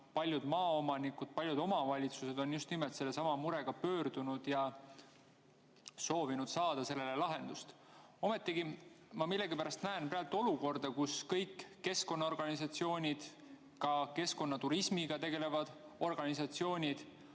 paljud maaomanikud, paljud omavalitsused on just nimelt sellesama murega pöördunud ja soovinud saada sellele lahendust. Ometigi ma millegipärast näen praegu olukorda, kus kõik keskkonnaorganisatsioonid, ka keskkonnaturismiga tegelevad organisatsioonid,